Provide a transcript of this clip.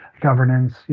governance